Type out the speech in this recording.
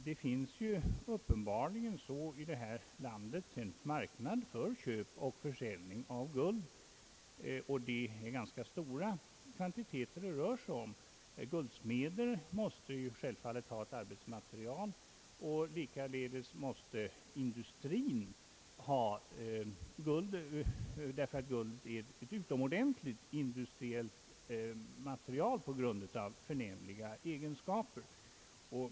Det finns uppenbarligen i vårt land en marknad för köp och försäljning av guld, och det är ganska stora kvantiteter det rör sig om. Guldsmeder måste självfallet ha ett arbetsmarterial, och likaledes måste industrin ha tillgång till guld, eftersom guldet på grund av sina förnämliga egenskaper är ett utomordentligt bra industriellt material.